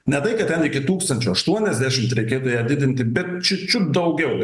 ne tai kad ten iki tūkstančio aštuoniasdešimt reikėtų ją didinti bet čiut čiut daugiau